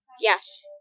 Yes